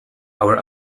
our